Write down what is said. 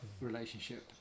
relationship